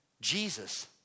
Jesus